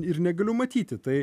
ir negaliu matyti tai